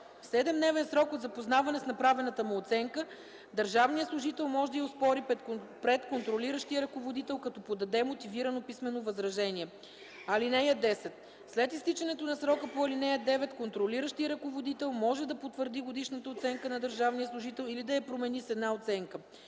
7-дневен срок от запознаване с направената му оценка държавният служител може да я оспори пред контролиращия ръководител, като подаде мотивирано писмено възражение. (10) След изтичането на срока по ал. 9 контролиращият ръководител може да потвърди годишната оценка на държавния служител или да я промени с една оценка.